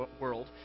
world